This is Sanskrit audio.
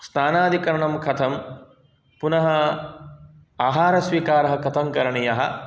स्नानादिकरणं कथं आहारस्वीकारः कथं करणीयः